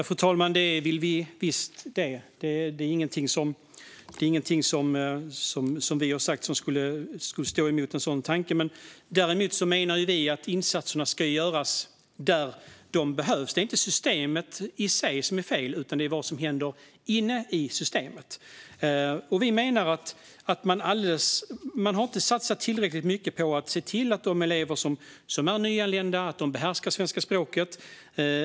Fru talman! Det vill vi visst; ingenting som vi har sagt skulle stå emot en sådan tanke. Däremot menar vi att insatserna ska göras där de behövs. Det är inte systemet i sig som är fel, utan det är vad som händer inne i systemet. Vi menar att man inte har satsat tillräckligt mycket på att se till att de elever som är nyanlända behärskar det svenska språket.